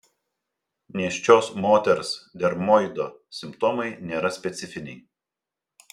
nėščios moters dermoido simptomai nėra specifiniai